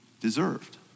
deserved